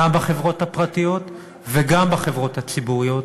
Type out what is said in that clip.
גם בחברות הפרטיות וגם בחברות הציבוריות,